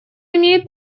имеет